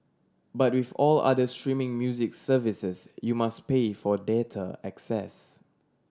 but with all other streaming music services you must pay for data access